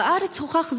בארץ זה הוכח: